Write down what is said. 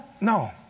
no